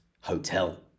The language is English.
hotel